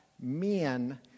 men